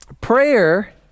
prayer